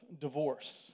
divorce